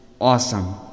awesome